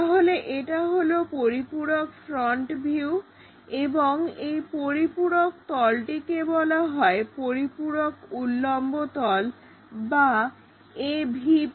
তাহলে এটা হলো পরিপূরক ফ্রন্ট ভিউ এবং এই পরিপূরক তলটিকে বলা হয় পরিপূরক উল্লম্ব তল বা AVP